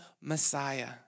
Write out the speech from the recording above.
Messiah